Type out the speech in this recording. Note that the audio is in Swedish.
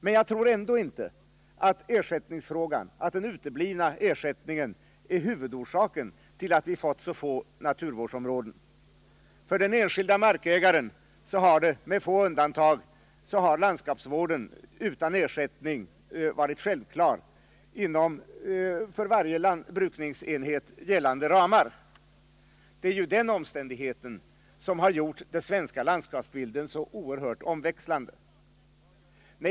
Men jag tror ändå inte att den uteblivna ersättningen är huvudorsaken till att vi fått så få naturvårdsområden. För den enskilde markägaren har med få undantag landskapsvård utan ersättning" varit sjä brukningsenhet gällande ramar. Det är ju den omständigheten som gjort den svenska landskapsbilden så oerhört omväxlande.